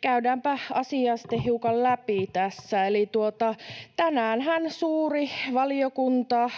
käydäänpä asiaa sitten hiukan läpi tässä. Eli tänäänhän suuri valiokunta